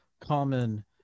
common